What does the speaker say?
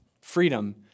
freedom